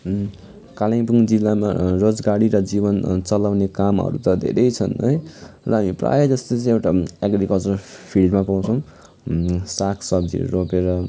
कालिम्पुङ जिल्लामा रोजगारी र जीवन चलाउने कामहरू त धेरै छन् है र हामी प्रायः जस्तो चाबिँ एउटा एग्रिकल्चर फिल्डमा पाउछौँ साग सब्जीहरू रोपेर